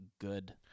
good